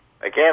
Again